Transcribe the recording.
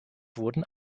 wurden